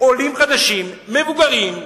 עולים חדשים, מבוגרים.